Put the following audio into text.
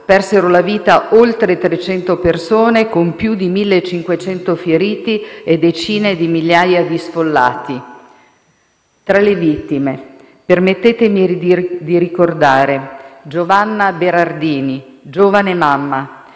persero la vita oltre 300 persone, con più di 1.500 feriti e decine di migliaia di sfollati. Tra le vittime permettetemi di ricordare Giovanna Berardini, giovane mamma,